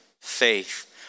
faith